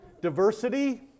Diversity